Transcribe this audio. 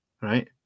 right